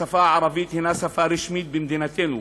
השפה הערבית הנה שפה רשמית במדינתנו.